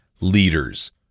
leaders